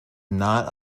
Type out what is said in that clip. not